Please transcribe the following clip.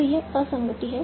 तो यह असंगति है